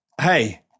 Hey